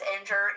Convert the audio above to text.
injured